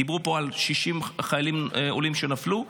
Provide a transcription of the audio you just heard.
דיברו פה על 60 חיילים עולים שנפלו,